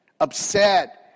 upset